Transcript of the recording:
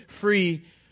free